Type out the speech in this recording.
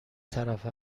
طرفه